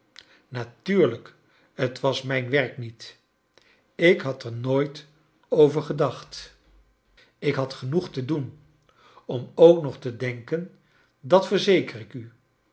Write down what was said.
natuurlijk t was m rj n werk niet ik had er nooit over gedacht ik had genoeg te doen om ook nog te denken dat verzeker ik u